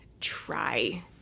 try